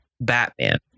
Batman